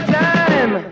time